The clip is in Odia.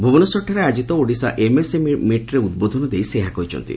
ଭୁବନେଶ୍ୱରଠାରେ ଆୟୋକିତ ଓଡ଼ିଶା ଏମ୍ଏସ୍ଏମ୍ଇ ମିଟ୍ରେ ଉଦ୍ବୋଧନ ଦେଇ ସେ ଏହା କହିଛନ୍ତି